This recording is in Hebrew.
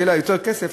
יהיה לה יותר כסף,